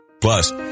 Plus